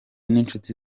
n’inshuti